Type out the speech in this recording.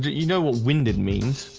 you know what winded means?